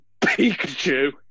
Pikachu